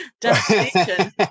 destination